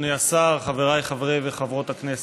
אדוני השר, חבריי חברי וחברות הכנסת,